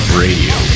radio